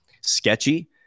sketchy